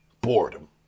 boredom